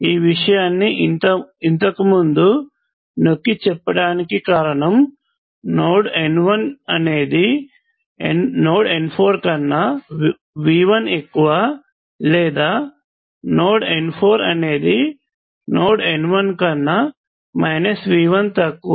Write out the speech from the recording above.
ఈ విషయాన్నీ ఇంతకుముందు నొక్కిచెప్పటానికి కారణం నోడ్ n1 అనేదినోడ్n4 కన్నా V1 ఎక్కువ లేదా నోడ్ n4 అనేది నోడ్ n1 కన్నా V1 తక్కువ